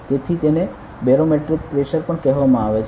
તેથી તેને barometric pressure પણ કહેવામાં આવે છે